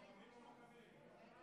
הם היו לוחמים, המכבים?